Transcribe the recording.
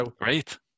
Great